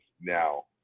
now